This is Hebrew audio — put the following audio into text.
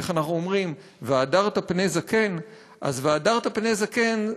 איך אנחנו אומרים, "והדרת פני זקן"?